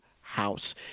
House